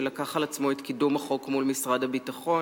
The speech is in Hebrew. שלקח על עצמו את קידום החוק מול משרד הביטחון,